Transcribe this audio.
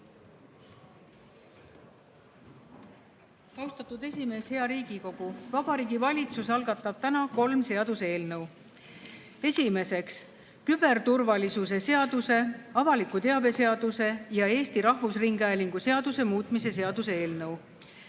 Austatud esimees! Hea Riigikogu! Vabariigi Valitsus algatab täna kolm seaduseelnõu. Esiteks, küberturvalisuse seaduse, avaliku teabe seaduse ja Eesti Rahvusringhäälingu seaduse muutmise seaduse eelnõu.